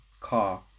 car